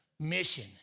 Mission